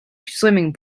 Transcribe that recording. swimming